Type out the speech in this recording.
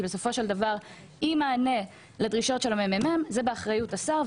כי בסופו של דבר אי מענה לדרישות של המ.מ.מ זה באחריות השר,